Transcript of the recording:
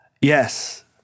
Yes